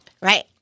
Right